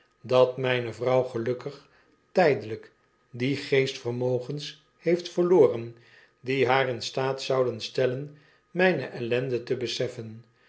dat myne vrouw gelukkig tijdelijk diegeestvermogensheeftverloren die haar in staat zouden stellen mijne ellende te beseffen